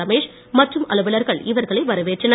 ரமேஷ் மற்றும் அலுவலர்கள் இவர்களை வரவேற்றனர்